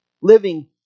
Living